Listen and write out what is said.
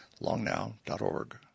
longnow.org